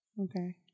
Okay